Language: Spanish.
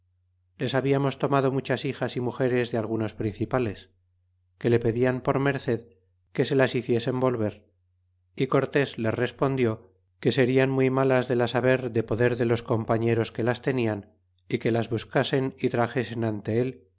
les habiarnos tomado muchas hijas y mugeres de algunos principales que le pedian por merced que se las hiciesen volver y cortés les respondió que serian muy malas de las haber de poder de los compañeros que las tenian é que las buscasen y traxesen ante el